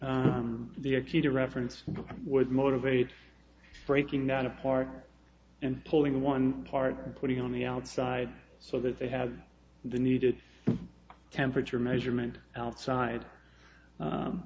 the a key to reference would motivate breaking down a partner and pulling one part and putting on the outside so that they have the needed temperature measurement outside